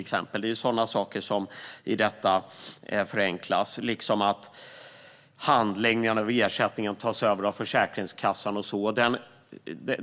Det är sådana saker som i detta förenklas, liksom att handläggningen av ersättningen tas över av Försäkringskassan.